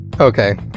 Okay